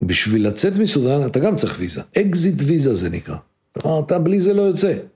בשביל לצאת מסודאן אתה גם צריך ויזה. אקזיט ויזה זה נקרא. כלומר, אתה בלי זה לא יוצא.